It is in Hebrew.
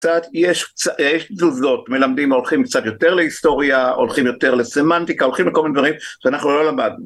קצת יש תזוזות מלמדים הולכים קצת יותר להיסטוריה הולכים יותר לסמנטיקה הולכים לכל מיני דברים שאנחנו לא למדנו